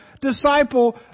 disciple